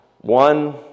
one